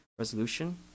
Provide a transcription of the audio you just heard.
resolution